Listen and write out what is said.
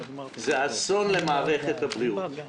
זה אסון למערכת הבריאות.